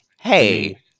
hey